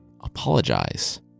apologize